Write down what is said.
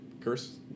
curse